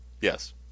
Yes